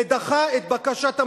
ודחה את בקשת המדינה.